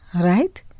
Right